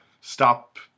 stop